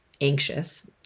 anxious